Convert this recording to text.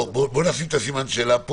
בוא נשים את סימן השאלה פה,